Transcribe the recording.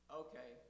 okay